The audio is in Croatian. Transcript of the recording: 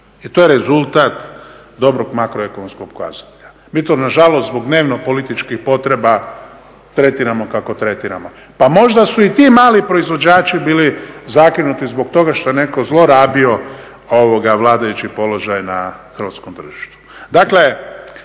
I to je rezultat dobrog makroekonomskog pokazatelja. Mi to nažalost zbog dnevno političkih potreba tretiramo kako tretiramo. Pa možda su i ti mali proizvođači bili zakinuti zbog toga što je netko zlorabio vladajući položaj na hrvatskom tržištu.